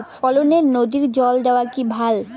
ফসলে নদীর জল দেওয়া কি ভাল?